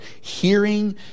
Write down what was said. hearing